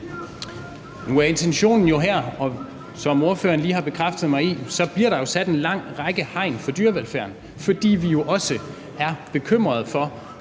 Nu er intentionen jo her, som ordføreren lige har bekræftet mig i, at der bliver sat en lang række hegn for dyrevelfærden, fordi vi også er bekymrede for